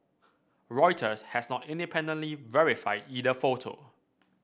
Reuters has not independently verified either photo